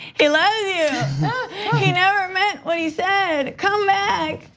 he like yeah he never meant what he said come back,